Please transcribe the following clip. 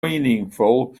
meaningful